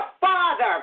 Father